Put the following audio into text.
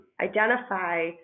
identify